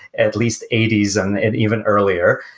at least, eighty s and even earlier.